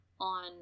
on